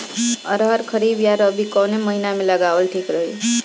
अरहर खरीफ या रबी कवने महीना में लगावल ठीक रही?